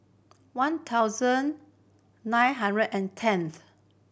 one thousand nine hundred and tenth